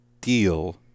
deal